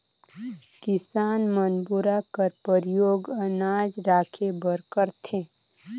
किसान मन बोरा कर परियोग अनाज राखे बर करथे